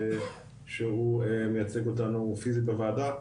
שהוא מייצג אותנו פיזית בוועדה.